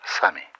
Sammy